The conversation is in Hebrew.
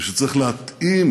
וצריך להתאים